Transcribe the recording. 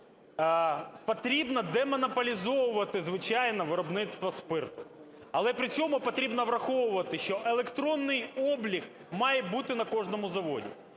Потрібно демонополізовувати, звичайно, виробництво спирту. Але при цьому потрібно враховувати, що електронний облік має бути на кожному заводі,